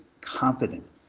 competent